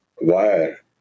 wire